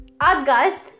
August